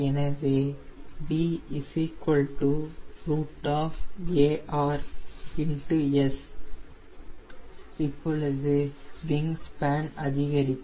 எனவே b √AR ∗ S இப்பொழுது wingspan அதிகரிக்கும்